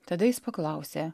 tada jis paklausė